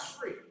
free